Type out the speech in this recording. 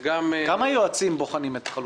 כמה יועצים בוחנים את החלופות?